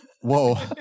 Whoa